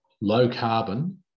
low-carbon